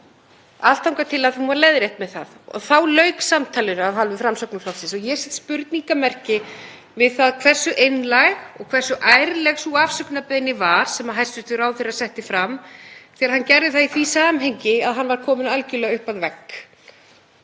allt þangað til hún var leiðrétt með það. Þá lauk samtalinu af hálfu Framsóknarflokksins. Ég set spurningarmerki við það hversu einlæg og hversu ærleg sú afsökunarbeiðni var sem hæstv. ráðherra setti fram þegar hann gerði það í því samhengi að hann var kominn algerlega upp við vegg.